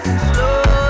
slow